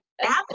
apple